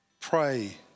Pray